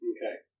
Okay